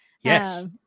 yes